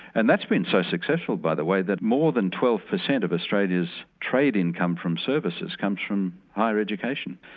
and that's been so successful by the way that more than twelve percent of australia's trade income from services, comes from higher education.